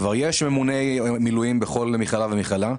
כבר יש ממוני מילואים בכל מכללה ומכללה,